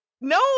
no